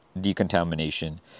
decontamination